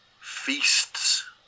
feasts